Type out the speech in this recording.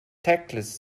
tactless